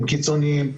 הם קיצוניים,